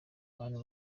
abantu